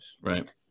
right